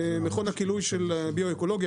במכון הכילוי של ביו-אקולוגיה,